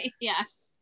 Yes